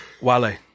wale